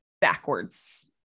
backwards